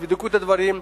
תבדקו את הדברים,